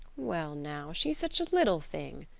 well now, she's such a little thing,